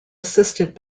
assisted